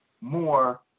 more